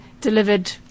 delivered